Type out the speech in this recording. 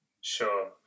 Sure